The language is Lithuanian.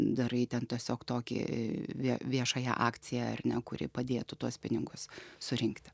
darai ten tiesiog tokį vie viešąją akciją ar ne kuri padėtų tuos pinigus surinkti